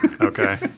Okay